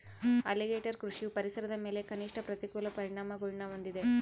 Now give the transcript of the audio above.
alligator ಕೃಷಿಯು ಪರಿಸರದ ಮೇಲೆ ಕನಿಷ್ಠ ಪ್ರತಿಕೂಲ ಪರಿಣಾಮಗುಳ್ನ ಹೊಂದಿದೆ